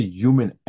human